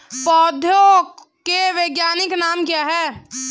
पौधों के वैज्ञानिक नाम क्या हैं?